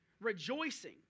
rejoicing